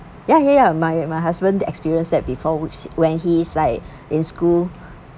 ya ya my my husband that experienced that before which when he was like in school